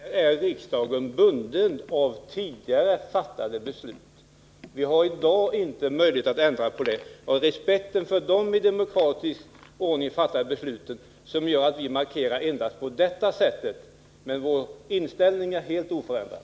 Herr talman! Riksdagen är ändå på denna punkt bunden av tidigare fattade beslut. Vi har i dag inte möjlighet att ändra på dem. Det är respekten för i demokratisk ordning fattade beslut som gör att vi endast velat göra denna markering. Vår inställning kvarstår dock helt oförändrad.